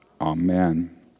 amen